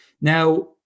Now